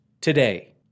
today